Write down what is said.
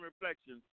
Reflections